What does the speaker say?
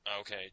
Okay